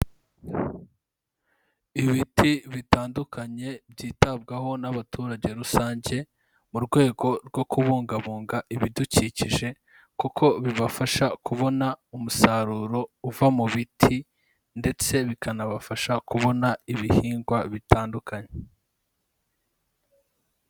Ibiti bitandukanye byitabwaho n'abaturage rusange mu rwego rwo kubungabunga ibidukikije kuko bibafasha kubona umusaruro uva mu biti ndetse bikanabafasha kubona ibihingwa bitandukanye.